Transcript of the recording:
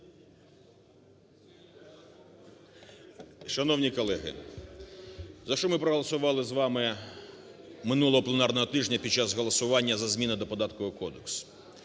Шановні колеги, за що ми проголосували з вами минулого пленарного тижня, під час голосування за зміни до Податкового кодексу?